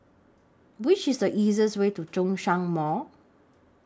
Which IS The easiest Way to Zhongshan Mall